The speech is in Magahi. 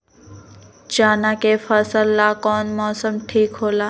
चाना के फसल ला कौन मौसम ठीक होला?